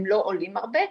הם לא עולים הרבה,